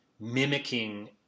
mimicking